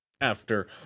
After-